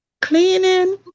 cleaning